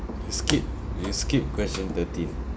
skip you skip question thirteen